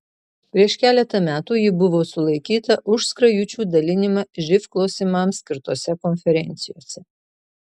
prieš keletą metų ji buvo sulaikyta už skrajučių dalinimą živ klausimams skirtose konferencijose